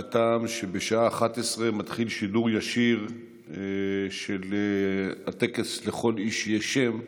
מהטעם שבשעה 11:00 מתחיל שידור ישיר של הטקס "לכל איש יש שם",